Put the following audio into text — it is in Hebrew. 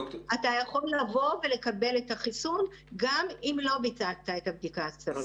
אתה יכול לבוא ולקבל את החיסון גם אם לא ביצעת את הבדיקה הסרולוגית.